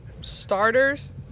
starters